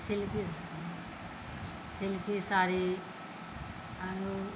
silky silky sari आरो